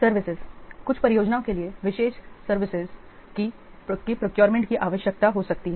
services कुछ परियोजनाओं के लिए विशेष सर्विसेज की प्रोक्योरमेंट की आवश्यकता हो सकती है